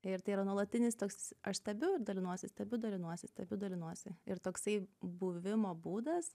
ir tai yra nuolatinis toks aš stebiu dalinuosi stebiu dalinuosi stebiu dalinuosi ir toksai buvimo būdas